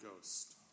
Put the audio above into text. Ghost